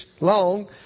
long